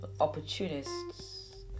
opportunists